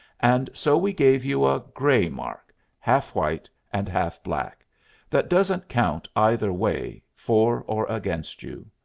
and so we gave you a gray mark half white and half black that doesn't count either way, for or against you.